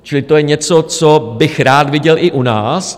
Čili to je něco, co bych rád viděl i u nás.